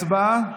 הצבעה.